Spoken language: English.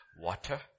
water